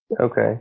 Okay